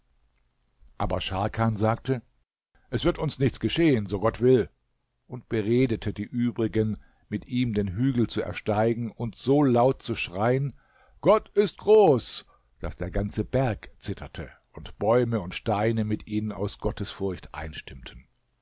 aber scharkan sagte es wird uns nichts geschehen so gott will und beredete die übrigen mit ihm den hügel zu ersteigen und so laut zu schreien gott ist groß daß der ganze berg zitterte und bäume und steine mit ihnen aus gottesfurcht einstimmten